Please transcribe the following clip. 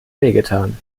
wehgetan